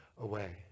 away